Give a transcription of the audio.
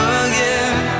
again